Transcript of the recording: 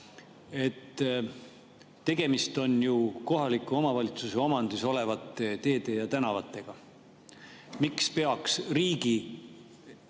Tegemist on ju kohaliku omavalitsuse omandis olevate teede ja tänavatega. Miks peaks riigieelarvest